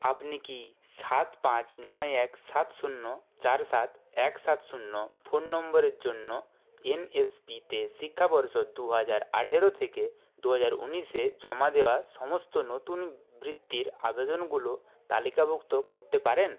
আপনি কি সাত পাঁচ নয় এক সাত শূন্য চার সাত এক সাত শূন্য ফোন নম্বরের জন্য এনএসপিতে শিক্ষাবর্ষ দু হাজার আঠেরো থেকে দু হাজার উনিশে জমা দেওয়া সমস্ত নতুন বৃত্তির আবেদনগুলো তালিকাভুক্ত করতে পারেন